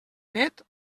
net